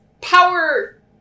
Power